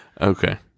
Okay